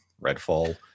Redfall